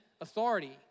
authority